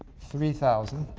three thousand